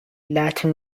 latin